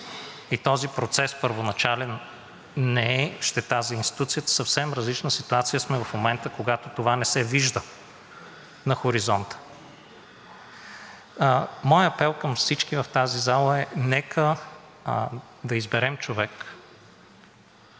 Този първоначален процес не е щета за институцията, в съвсем различна ситуация сме в момента, когато това не се вижда на хоризонта. Моят апел към всички в тази зала е: нека да изберем човек,